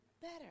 better